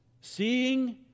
Seeing